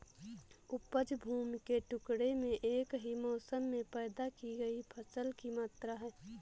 उपज भूमि के टुकड़े में एक ही मौसम में पैदा की गई फसल की मात्रा है